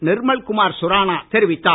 நிர்மல்குமார் சுரானா தெரிவித்தார்